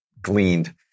gleaned